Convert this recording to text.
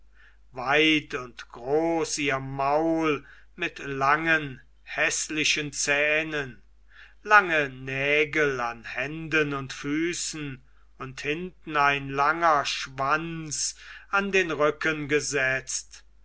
weit und groß ihr maul mit langen häßlichen zähnen lange nägel an händen und füßen und hinten ein langer schwanz an den rücken gesetzt